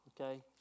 okay